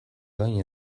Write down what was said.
gain